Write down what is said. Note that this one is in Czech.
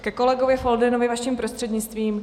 Ke kolegovi Foldynovi vaším prostřednictvím.